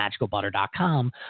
MagicalButter.com